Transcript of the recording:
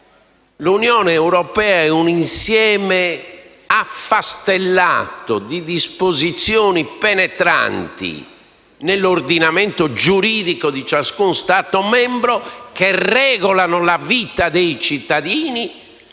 anni precedenti) è un insieme affastellato di disposizioni penetranti nell'ordinamento giuridico di ciascuno Stato membro, che regolano la vita dei cittadini